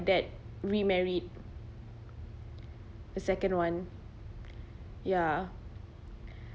dad remarried a second one ya